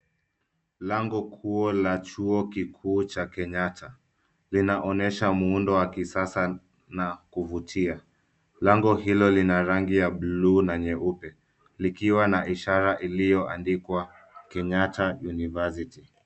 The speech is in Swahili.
Lango kuu la chuo kikuu cha Kenyatta. Linaonyesha muundo wa kisasa na kuvutia. Lango hilo lina rangi ya bluu na nyeupe likiwa na ishara iliyoandikwa Kenyatta university .